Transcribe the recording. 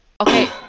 okay